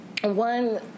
one